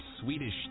Swedish